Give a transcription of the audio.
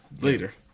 later